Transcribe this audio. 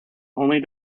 only